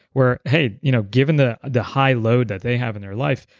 where hey, you know given the the high load that they have in their life,